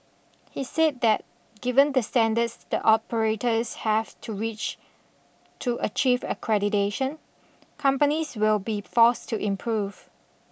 he said that given the standards that operators have to reach to achieve accreditation companies will be forced to improve